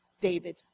david